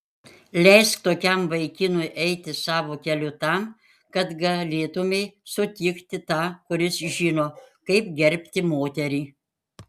leisk tokiam vaikinui eiti savo keliu tam kad galėtumei sutikti tą kuris žino kaip gerbti moterį